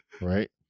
Right